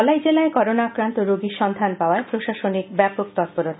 ধলাই জেলায় করোনা আক্রান্ত রোগীর সন্ধান পাওয়ায় প্রশাসনিক ব্যাপক তৎপরতা